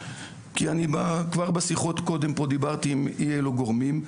כי אני כבר בשיחות קודם פה דיברתי עם אי אלו גורמים,